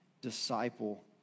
disciple